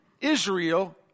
Israel